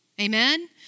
amen